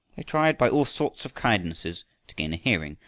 they tried by all sorts of kindnesses to gain a hearing,